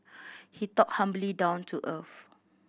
he talked humbly down to earth